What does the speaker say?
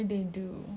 matters now